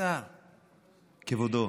השר, השר, כבודו.